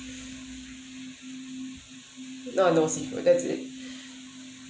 no no seafood that's it